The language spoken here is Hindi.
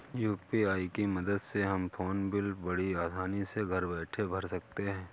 यू.पी.आई की मदद से हम फ़ोन बिल बड़ी आसानी से घर बैठे भर सकते हैं